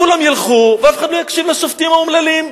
כולם ילכו ואף אחד לא יקשיב לשופטים האומללים,